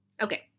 Okay